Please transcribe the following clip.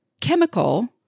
chemical